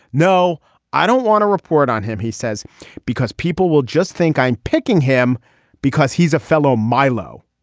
no i don't want to report on him. he says because people will just think i'm picking him because he's a fellow milo.